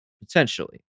Potentially